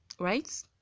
right